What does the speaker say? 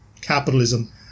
capitalism